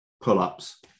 pull-ups